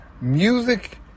Music